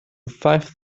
five